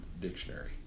dictionary